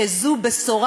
שזו בשורה.